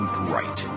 bright